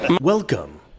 Welcome